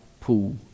pool